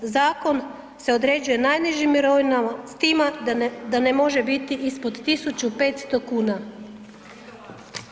Zakon se određuje najnižim mirovinama s time da ne može biti ispod 1500 kuna.